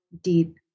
deep